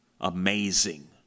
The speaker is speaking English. amazing